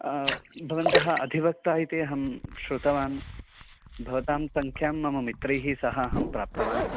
भवन्तः अधिवक्ता इति अहं श्रुतवान् भवतां संख्यां मम मित्रैः सह अहं प्राप्तवान्